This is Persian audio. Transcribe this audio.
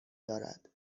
دارد